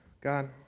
God